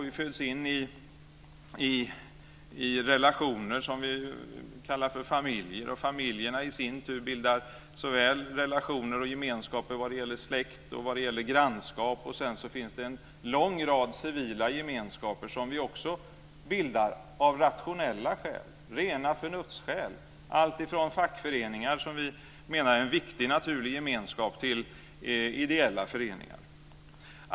Vi föds in i relationer som vi kallar för familjer, och familjerna i sin tur bildar såväl relationer som gemenskaper vad det gäller släkt och grannskap. Vidare finns det en lång rad civila gemenskaper som vi också bildar av rationella skäl, rena förnuftsskäl, alltifrån fackföreningar, som vi menar är en viktig naturlig gemenskap, till ideella föreningar.